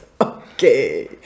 okay